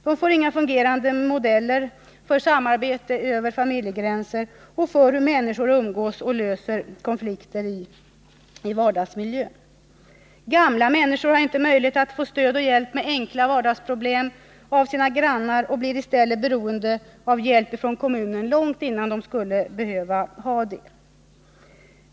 De får inga fungerande modeller för samarbete över familjegränser och för hur människor umgås och löser konflikter i vardagslivet. Gamla människor har inte möjlighet att få stöd och hjälp med enkla vardagsproblem av sina grannar, utan blir i stället beroende av hjälp från kommunen långt innan de skulle behöva ha det.